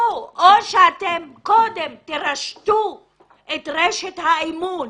או שתרשתו את רשת האמון